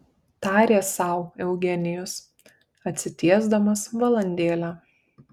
tarė sau eugenijus atsitiesdamas valandėlę